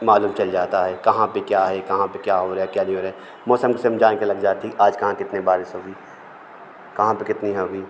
मालूम चल जाता है कहाँ पर क्या है कहाँ पर क्या हो रहा है क्या नहीं हो रहा है मौसम की सब जानके लग जाती आज कहाँ कितनी बारिश होगी कहाँ पर कितनी होगी